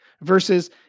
Versus